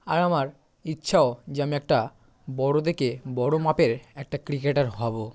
আর আমার ইচ্ছাও যে আমি একটা বড়ো দেখে বড়ো মাপের একটা ক্রিকেটার হবো